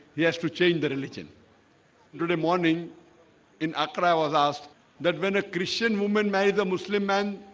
he has to change the religion today morning in accra was asked that when a christian woman made the muslim man.